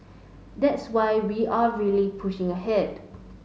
that's why we are really pushing ahead